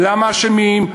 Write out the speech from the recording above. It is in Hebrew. למה אשמים,